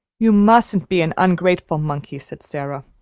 you mustn't be an ungrateful monkey, said sara.